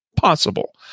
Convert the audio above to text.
Possible